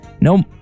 no